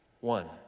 one